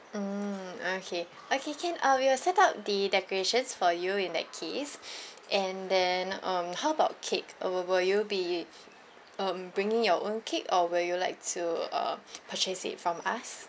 mm okay okay can uh we will set up the decorations for you in that case and then um how about cake uh wi~ will you be um bringing your own cake or will you like to uh purchase it from us